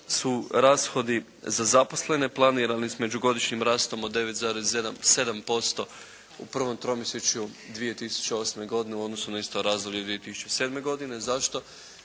su rashodi za zaposlene planirane između godišnjim rastom od 9,7% u prvom tromjesječju 2008. godine u odnosu na isto razdoblje 2007. godine. Zašto?